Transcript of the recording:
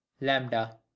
lambda